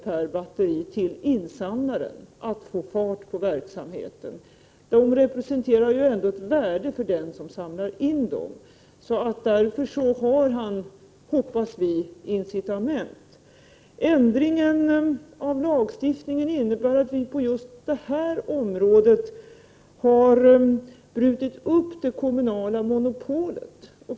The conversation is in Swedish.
per batteri till insamlaren för att få fart på verksamheten. Det representerar ju ett värde för den som samlar in batterierna, och då har han förhoppningsvis ett incitament. Ändringen av lagstiftningen innebär att det kommunala monopolet på just detta område har brutits upp.